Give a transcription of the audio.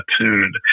attuned